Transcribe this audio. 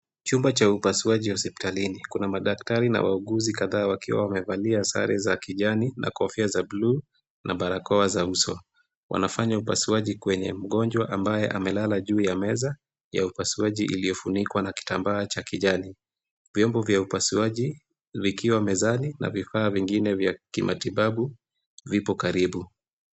Chumba cha upasuaji hospitalini, madaktari na wauguzi, kadhaa wakiwa wamevalia sare za kijani na kofia za bluu, na barakoa za uso. Wanafanya upasuaji kwenye mgonjwa ambaye amelala juu ya meza, ya upasuaji iliyofunikwa na kitambaa cha kijani. Vyombo vya upasuaji, vikiwa mezani na vifaa vingine vya kimatibabu, vipo karibu.